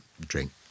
drink